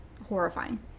Horrifying